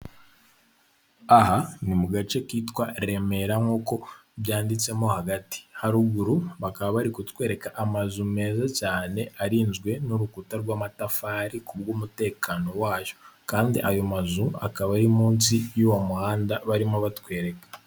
Aha ni mu gace kitwa Remera nk'uko byanditsemo hagati, haruguru bakaba bari kutwereka amazu meza cyane arinzwe n'urukuta rw'amatafari ku bw'umutekano wayo kandi ayo mazu akaba ari munsi y'uwo muhanda barimo batwereka.